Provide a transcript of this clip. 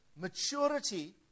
maturity